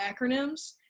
acronyms